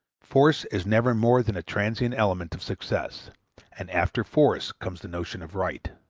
force is never more than a transient element of success and after force comes the notion of right.